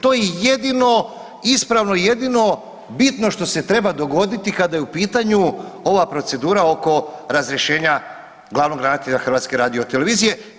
To je jedino ispravo i jedino bitno što se treba dogoditi kada je u pitanju ova procedura oko razrješenja glavnog ravnatelja HRT-a.